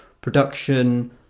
production